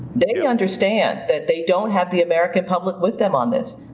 they they understand that they don't have the american public with them on this.